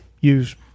use